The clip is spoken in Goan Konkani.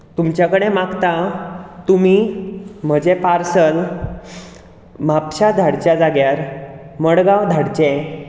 तुमचे कडेन मागतां तुमी म्हजें पार्सल म्हापशां धाडच्या जाग्यार मडगांव धाडचें